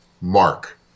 mark